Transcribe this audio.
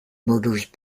murders